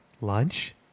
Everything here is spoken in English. lunch